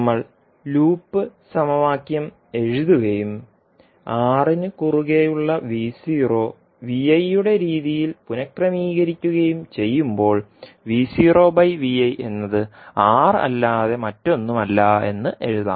നമ്മൾ ലൂപ്പ് സമവാക്യം എഴുതുകയും Rനു കുറുകെ ഉളള യുടെ രീതിയിൽ പുനക്രമീകരിക്കുകയും ചെയ്യുമ്പോൾ എന്നത് R അല്ലാതെ മറ്റൊന്നുമല്ല എന്ന് എഴുതാം